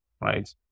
right